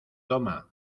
toma